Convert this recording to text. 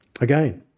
again